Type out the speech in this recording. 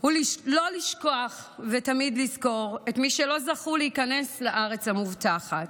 הוא לא לשכוח ותמיד לזכור את מי שלא זכו להיכנס לארץ המובטחת,